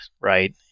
right